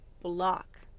block